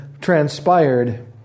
transpired